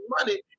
money